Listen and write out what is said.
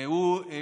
שלום וברכה.